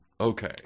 okay